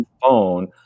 phone